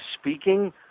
speaking